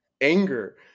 anger